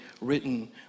written